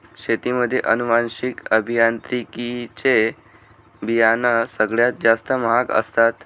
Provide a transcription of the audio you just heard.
शेतीमध्ये अनुवांशिक अभियांत्रिकी चे बियाणं सगळ्यात जास्त महाग असतात